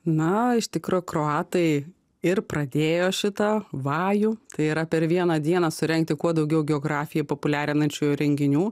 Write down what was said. na iš tikro kroatai ir pradėjo šitą vajų tai yra per vieną dieną surengti kuo daugiau geografiją populiarinančių renginių